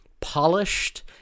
polished